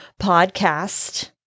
podcast